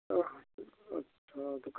ओह अच्छा तो